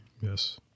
Yes